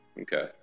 Okay